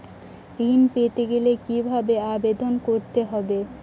ঋণ পেতে গেলে কিভাবে আবেদন করতে হবে?